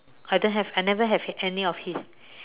I don't have I never have any of his